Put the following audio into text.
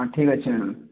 ହଉ ଠିକ ଅଛି ମ୍ୟାଡମ୍